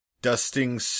dusting